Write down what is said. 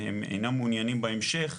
שהם אינם מעוניינים בהמשך,